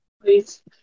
please